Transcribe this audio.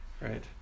Right